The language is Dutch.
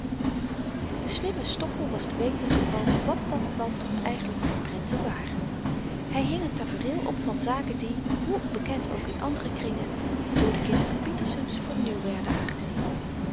de slimme stoffel was te weten gekomen wat dat dan toch eigenlyk voor prenten waren hy hing n tafereel op van zaken die hoe bekend ook in andere kringen door de kinderen pietersens voor nieuw werden aangezien